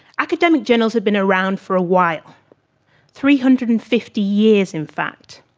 academic journals have been around for a while three hundred and fifty years in fact.